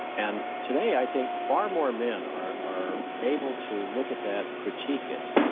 and today, i think far more men are are able to look at that and critique it,